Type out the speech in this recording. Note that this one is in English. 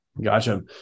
Gotcha